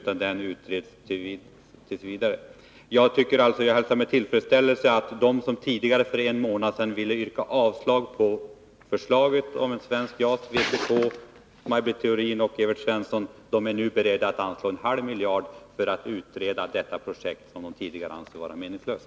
Jag hälsar alltså med tillfredsställelse att de som för en månad sedan ville yrka avslag på förslaget om svenskt JAS — vpk, Maj Britt Theorin och Evert Svensson — nu är beredda att anslå en halv miljard för att utreda ett projekt som de tidigare ansåg vara meningslöst.